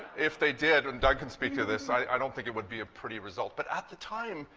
if they did, and doug can speak to this, i don't think it would be a pretty result. but at the time,